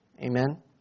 amen